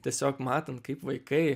tiesiog matant kaip vaikai